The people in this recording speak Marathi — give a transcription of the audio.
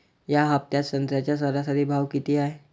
या हफ्त्यात संत्र्याचा सरासरी भाव किती हाये?